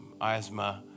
asthma